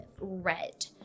red